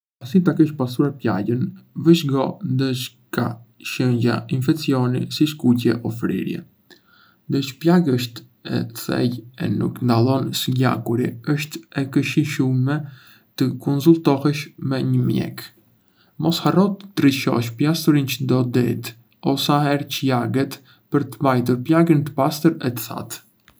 Pasi ta kesh pastruar plagën, vëzhgo ndëse ka shenja infeksioni, si skuqje o fryrje. Ndëse plagë është e thellë o nuk ndalon së gjakuari, është e këshillueshme të konsultohesh me një mjek. Mos harro të ndryshosh plasturin çdo ditë o sa herë që lagët për të mbajtur plagën të pastër e të thatë.